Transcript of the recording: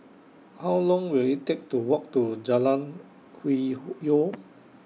How Long Will IT Take to Walk to Jalan Hwi Yoh